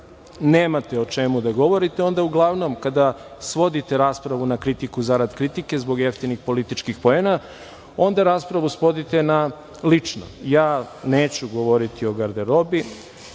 nemate o čemu da govorite uglavnom kada svodite raspravu na kritiku zarad kritike, zbog jeftinih političkih poena, onda raspravu svodite na ličnu. Ja neću govoriti o garderobi.